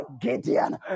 Gideon